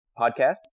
podcast